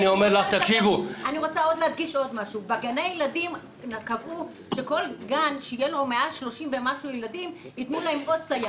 קבעו שבכל גן שיהיו בו מעל שלושים ומשהו ילדים יתנו עוד סייעת.